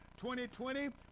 2020